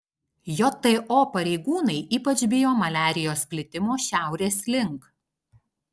jto pareigūnai ypač bijo maliarijos plitimo šiaurės link